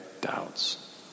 doubts